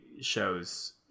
shows